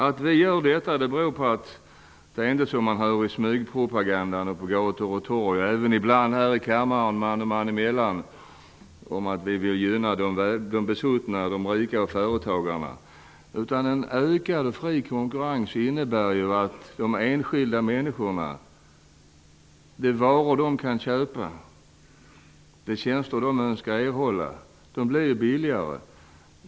Att vi gör detta beror på -- det är det enda man hör i smygpropagandan på gator och torg, och ibland även här i kammaren man och man emellan -- att vi vill gynna de besuttna och de rika företagarna. En ökad fri konkurrens innebär för de enskilda människorna att de varor de kan köpa och de tjänster de önskar erhålla blir billigare.